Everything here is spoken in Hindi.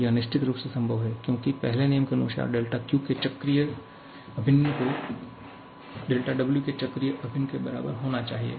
यह निश्चित रूप से संभव है क्योंकि पहले नियम के अनुसार δQ के चक्रीय अभिन्न को δW के चक्रीय अभिन्न के बराबर होना चाहिए